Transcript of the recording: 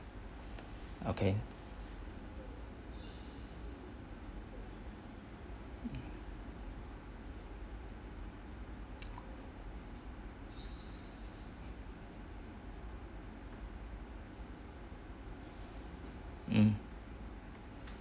okay mm